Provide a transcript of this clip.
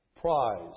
prize